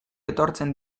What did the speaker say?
etortzen